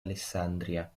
alessandria